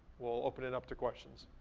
we'll open it up to questions.